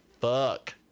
fuck